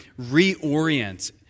reorient